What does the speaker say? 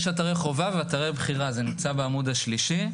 יש אתרי חובה ואתרי בחירה, וזה נמצא בעמוד השלישי,